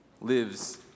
lives